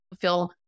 feel